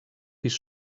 pis